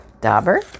Dauber